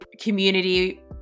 community